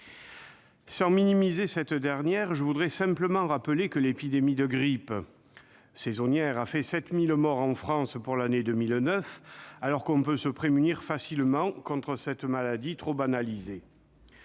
Sans minimiser l'épidémie en cours, je veux simplement rappeler que celle de grippe saisonnière a fait 7 000 morts en France pour l'année 2009, alors qu'on peut se prémunir facilement contre cette maladie trop banalisée.